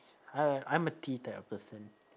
uh I'm a tea type of person